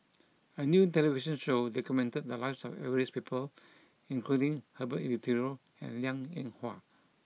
a new television show documented the lives of various people including Herbert Eleuterio and Liang Eng Hwa